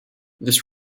this